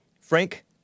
Frank